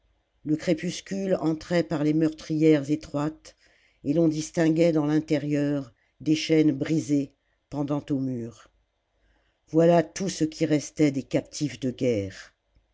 le crépuscule entrait par les meurtrières étroites et l'on distinguait dans l'intérieur des chaînes brisées pendant aux murs voilà tout ce qui restait des captifs de guerre